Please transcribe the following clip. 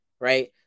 right